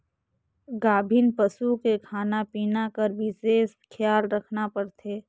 गाभिन पसू के खाना पिना कर बिसेस खियाल रखना परथे